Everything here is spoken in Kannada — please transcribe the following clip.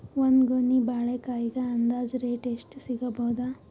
ಒಂದ್ ಗೊನಿ ಬಾಳೆಕಾಯಿಗ ಅಂದಾಜ ರೇಟ್ ಎಷ್ಟು ಸಿಗಬೋದ?